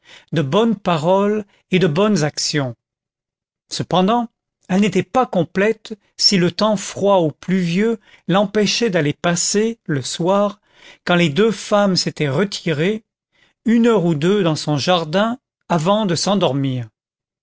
de bonnes paroles et de bonnes actions cependant elle n'était pas complète si le temps froid ou pluvieux l'empêchait d'aller passer le soir quand les deux femmes s'étaient retirées une heure ou deux dans son jardin avant de s'endormir